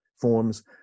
forms